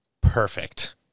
Perfect